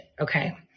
okay